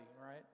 right